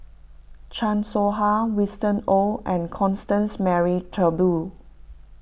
Chan Soh Ha Winston Oh and Constance Mary Turnbull